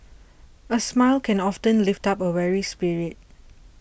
a smile can often lift up a weary spirit